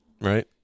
right